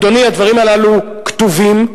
אדוני, הדברים הללו כתובים.